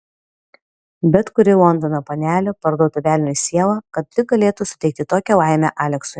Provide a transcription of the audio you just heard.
bet kuri londono panelė parduotų velniui sielą kad tik galėtų suteikti tokią laimę aleksui